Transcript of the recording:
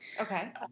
Okay